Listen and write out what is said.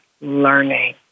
learning